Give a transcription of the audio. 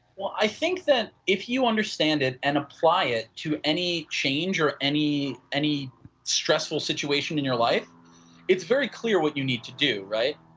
well, i think that if you understand it and apply it to any change or any any stressful situation in your life it's very clear what you need to do, right.